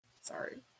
Sorry